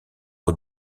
aux